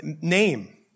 name